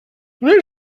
les